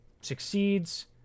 succeeds